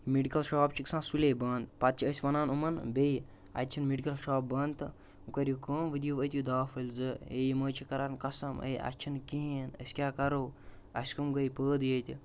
medical shop چھُ گژھان سُلے بنٛد پَتہٕ چھِ أسۍ وَنان یِمَن بیٚیہِ اَتہِ چھُنہٕ میڈیکَل شاپ بنٛد تہٕ وۄنۍ کٔرِو کٲم وۄنۍ دِیِو أتی دوا پھٔلۍ زٕ اے یِم حظ چھِ کَران قسَٕم ہے اَسہِ چھِنہٕ کِہیٖنٛۍ أسۍ کیٛاہ کَرو اَسہِ کٕم گٔے پٲدٕ ییٚتہِ